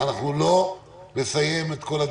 אנחנו מדברים על חיוניות המעצר,